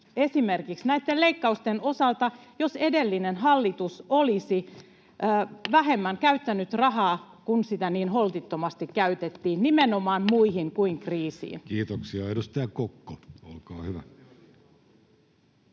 esimerkiksi näitten leikkausten osalta, jos edellinen hallitus olisi vähemmän käyttänyt rahaa kuin sitä niin holtittomasti käytettiin nimenomaan muihin kuin kriisiin. Kiitoksia. — Edustaja Kokko, olkaa hyvä.